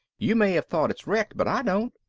you may have thought it's wrecked, but i don't.